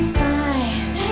fine